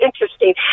interesting